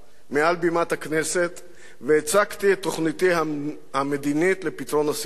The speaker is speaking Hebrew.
מעל בימת הכנסת והצגתי את תוכניתי המדינית לפתרון הסכסוך.